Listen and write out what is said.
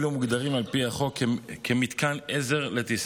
אלו מוגדרים על פי החוק מתקן עזר לטיסה.